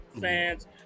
Fans